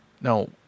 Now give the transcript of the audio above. Now